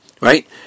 Right